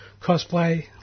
cosplay